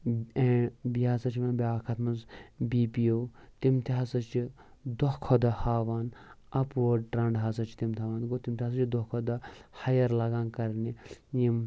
and بیٚیہِ ہَسا چھِ یِوان بیٛاکھ اَکھ اَتھ منٛز بی پی او تِم تہِ ہَسا چھِ دۅہ کھۄتہٕ دۄہ ہاوان اَپ وٲرٕڈ ٹرٛینٛڈ ہَسا چھِ تِم ہاوان گوٚو تِم تہِ ہَسا چھِ دۄہ کھۄتہٕ دۄہ ہایِٔر لاگان کَرٕنۍ یِم